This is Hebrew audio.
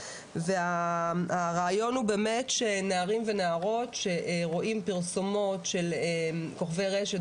והרעיון הוא באמת שנערים ונערות שרואים פרסומות של כוכבי רשת,